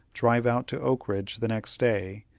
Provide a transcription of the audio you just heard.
drive out to oak ridge the next day,